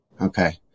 Okay